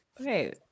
okay